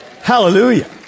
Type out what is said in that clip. Hallelujah